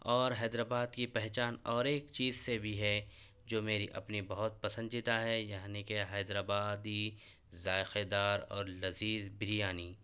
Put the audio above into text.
اور حیدرآباد کی پہچان اور ایک چیز سے بھی ہے جو میری اپنی بہت پسندیدہ ہے یعنی کہ حیدرآبادی ذائقے دار اور لذیذ بریانی